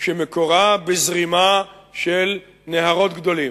שמקורה בזרימה של נהרות גדולים.